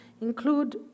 include